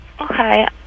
Okay